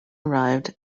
arrived